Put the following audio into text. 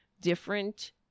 different